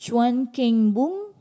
Chuan Keng Boon